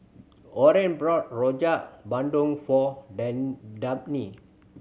Orene bought Rojak Bandung for then Dabney